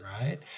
right